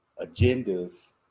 agendas